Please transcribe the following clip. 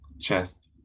chest